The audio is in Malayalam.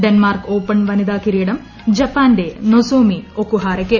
ഡെന്മാർക്ക് ഓപ്പൺ വനിതാ കിരീടം ജപ്പാന്റെ നൊസോമി ഒക്കുഹാരക്ക്